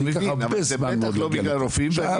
--- בסוף אני